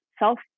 Self